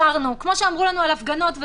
כי הציבור לא מבין את ההבדלה האת,